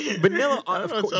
Vanilla